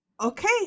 Okay